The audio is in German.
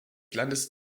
landes